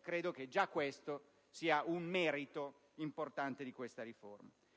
credo che già questo sia un risultato importante.